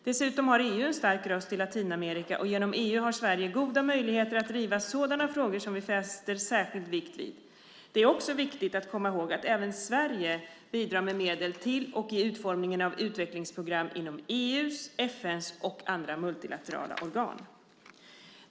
Dessutom har EU en stark röst i Latinamerika, och genom EU har Sverige goda möjligheter att driva sådana frågor som vi fäster särskild vikt vid. Det är också viktigt att komma ihåg att Sverige även bidrar med medel till och i utformningen av utvecklingsprogram inom EU:s, FN:s och andra multilaterala organ.